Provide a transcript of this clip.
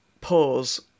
pause